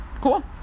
cool